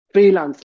Freelance